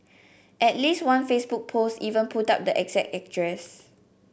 at least one Facebook post even put up the exact address